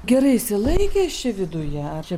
gerai išsilaikęs čia viduje ar čia